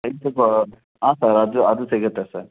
ಹಾಂ ಸರ್ ಅದು ಅದೂ ಸಿಗುತ್ತೆ ಸರ್